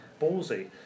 ballsy